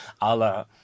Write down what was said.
Allah